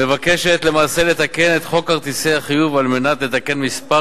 מבקשת למעשה לתקן את חוק כרטיסי חיוב על מנת לתקן כמה